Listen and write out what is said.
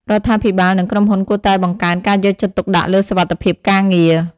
រដ្ឋាភិបាលនិងក្រុមហ៊ុនគួរតែបង្កើនការយកចិត្តទុកដាក់លើសុវត្ថិភាពការងារ។